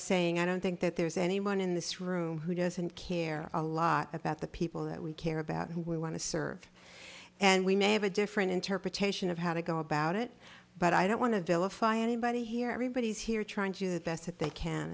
saying i don't think that there's anyone in this room who doesn't care a lot of the the people that we care about who we want to serve and we may have a different interpretation of how to go about it but i don't want to vilify anybody here everybody's here trying to do the best that they can